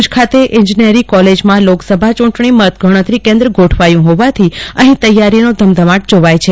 ભૂજ ખાતે ઇજનેરી કોલેજમાં લોકસભા ચૂંટણી મતગણતરી કેન્દ્ર ગોઠવાયું હોવાથી અહીં તૈયારીનો ધમધમાટ જોવાય છે